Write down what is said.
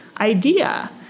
idea